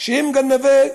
גנבי קרקעות,